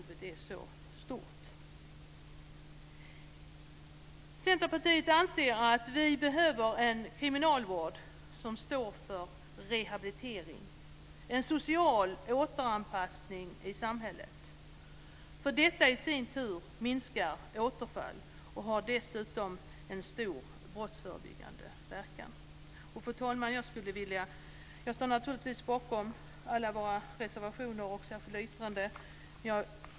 Vi i Centerpartiet anser att det behövs en kriminalvård som står för rehabilitering, en social återanpassning i samhället. Detta i sin tur minskar återfallen och har en stor brottsförebyggande verkan. Fru talman! Jag står naturligtvis bakom alla våra reservationer och särskilda yttranden.